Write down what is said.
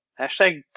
Hashtag